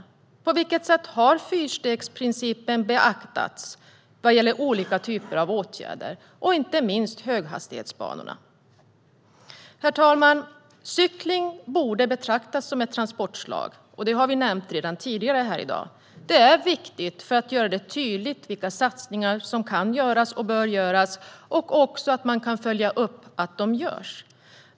På vilket sätt har denna princip beaktats vad gäller olika typer av åtgärder, inte minst höghastighetsbanorna? Herr talman! Cykling borde betraktas som ett transportslag, som vi har nämnt tidigare här i dag. Detta är viktigt för att göra det tydligt vilka satsningar som kan och bör göras och för att kunna följa upp att de görs.